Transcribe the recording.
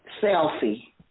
Selfie